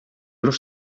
los